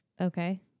Okay